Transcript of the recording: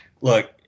look